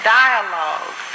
dialogue